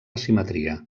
simetria